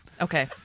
Okay